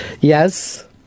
Yes